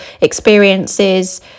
experiences